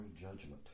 judgment